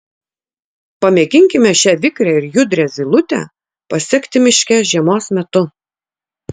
pamėginkime šią vikrią ir judrią zylutę pasekti miške žiemos metu